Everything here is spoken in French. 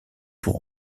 pour